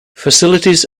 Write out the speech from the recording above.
facilities